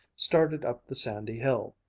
started up the sandy hill.